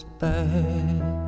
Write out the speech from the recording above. back